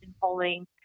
polling